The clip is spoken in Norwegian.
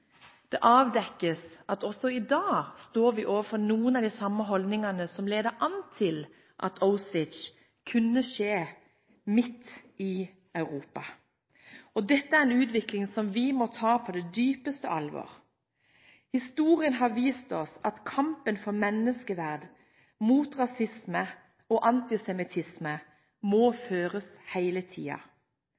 Det avdekkes at også i dag står vi overfor noen av de samme holdningene som ledet an til at det som skjedde i Auschwitz, kunne skje midt i Europa. Dette er en utvikling som vi må ta på det dypeste alvor. Historien har vist oss at kampen for menneskeverd, mot rasisme og antisemittisme må føres hele